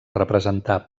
representar